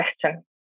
question